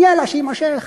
כן, יאללה, שיימשך.